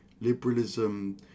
Liberalism